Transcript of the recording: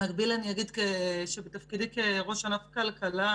במקביל אני אגיד שבתפקידי כראש ענף הכלכלה